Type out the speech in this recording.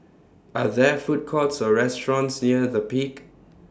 Are There Food Courts Or restaurants near The Peak